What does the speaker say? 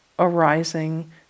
arising